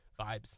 vibes